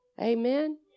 Amen